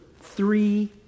three